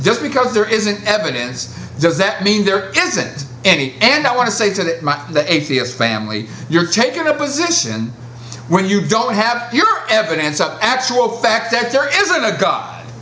just because there isn't evidence does that mean there isn't any and i want to say to that my that atheists family you're taking a position when you don't have your evidence of actual fact that there isn't a god